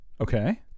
Okay